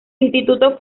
instituto